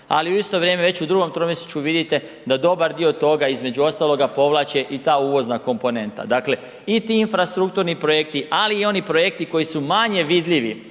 ali u isto vrijeme već u drugom tromjesečju vidite da dobar dio toga između ostaloga povlače i ta uvozna komponenta, dakle i ti infrastrukturni projekti, ali i oni projekti koji su manje vidljivi,